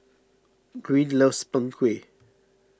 Greene loves Png Kueh